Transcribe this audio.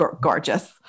gorgeous